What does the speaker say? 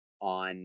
on